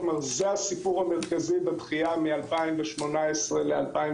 כלומר זה הסיפור המרכזי בדחייה מ-2018 ל-2020.